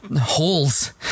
holes